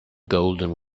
golden